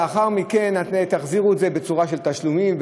ולאחר מכן תחזירו את זה בצורה של תשלומים,